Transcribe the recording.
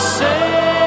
say